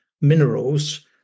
minerals